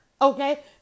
okay